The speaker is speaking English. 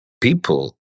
people